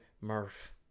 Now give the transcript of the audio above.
Murph